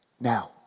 Now